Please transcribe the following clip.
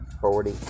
forty